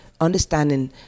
understanding